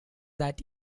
that